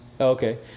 Okay